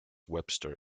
webster